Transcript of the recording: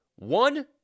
One